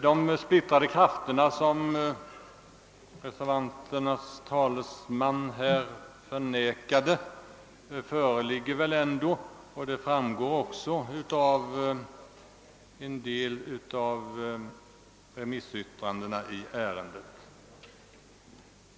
De splittrade krafter som reservanternas företrädare talade om torde vara splittrade redan förut, vilket väl också framgår av en del avgivna remissyttranden.